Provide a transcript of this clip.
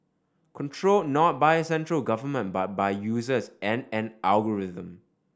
controlled not by a central government but by users and an algorithm